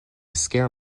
scare